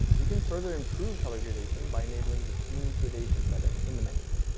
you can further improve color gradation by enabling the smooth gradation setting in the menus.